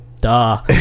duh